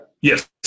Yes